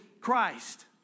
Christ